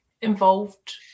involved